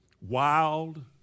wild